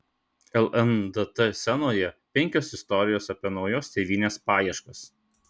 lndt scenoje penkios istorijos apie naujos tėvynės paieškas